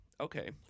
Okay